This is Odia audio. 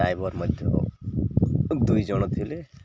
ଡ୍ରାଇଭର ମଧ୍ୟ ଦୁଇ ଜଣ ଥିଲେ